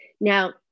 Now